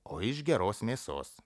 o iš geros mėsos